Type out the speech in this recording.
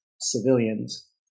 civilians